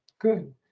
good